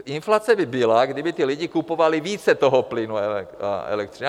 Inflace by byla, kdyby lidi kupovali víc toho plynu a elektřiny.